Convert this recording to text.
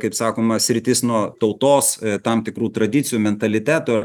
kaip sakoma sritis nuo tautos tam tikrų tradicijų mentaliteto